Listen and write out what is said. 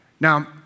Now